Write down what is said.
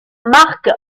marc